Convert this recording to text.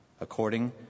according